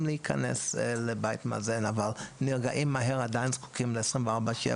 להיכנס לבית מאזן אבל נרגעים מהר עדיין זקוקים ל-24/7